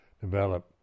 develop